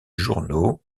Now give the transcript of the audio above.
journaux